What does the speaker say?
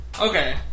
Okay